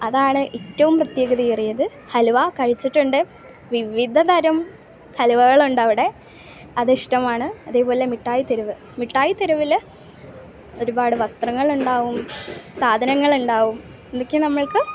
അതാണ് ഏറ്റവും പ്രത്യേകത ഏറിയത് ഹലുവ കഴിച്ചിട്ടുണ്ട് വിവിധതരം ഹലുവകളുണ്ടവിടെ അതിഷ്ടമാണ് അതുപോലെ മിഠായിത്തെരുവ് മിഠായിത്തെരുവിൽ ഒരുപാട് വസ്ത്രങ്ങളുണ്ടാവും സാധനങ്ങളുണ്ടാവും ഇതൊക്കെ നമ്മൾക്ക്